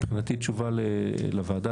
מבחינתי תשובה לוועדה,